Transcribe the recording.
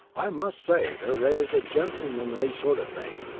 i must say their ray is a gentlemenly sort of thing.